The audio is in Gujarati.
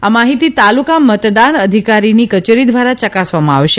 આ માહિતી તાલુકા મતદાન અધિકારીની કચેરી દ્વારા યકાસવામાં આવશે